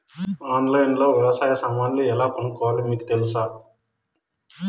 ఆన్లైన్లో లో వ్యవసాయ సామాన్లు ఎలా కొనుక్కోవాలో మీకు తెలుసా?